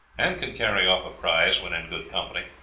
and can carry off a prize when in good company,